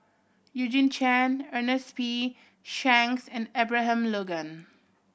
Eugene Chen Ernest P Shanks and Abraham Logan